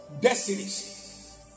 destinies